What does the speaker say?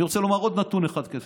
אני רוצה לומר עוד נתון אחד,